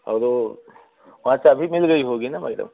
और वो वहाँ चाबी मिल गई होगी ना मैडम